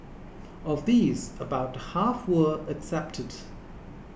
of these about half were accepted